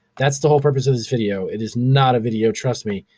that's the whole purpose of this video, it is not a video, trust me,